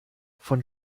von